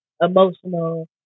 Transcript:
emotional